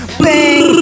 bang